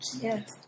Yes